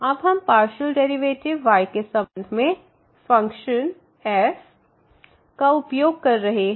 अब हम partial derivative y के संबंध में फ़ंक्शन f का उपयोग कर रहे हैं